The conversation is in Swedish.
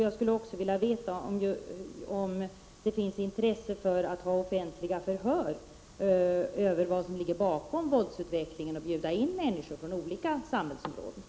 Jag skulle också vilja veta om det finns intresse för att ha offentliga förhör och bjuda in människor från olika samhällsområden för att ta reda på vad som ligger bakom våldsutvecklingen.